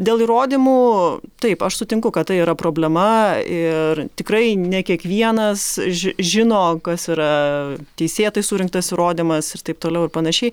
dėl įrodymų taip aš sutinku kad tai yra problema ir tikrai ne kiekvienas ži žino kas yra teisėtai surinktas įrodymas ir taip toliau ir panašiai